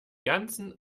ganzen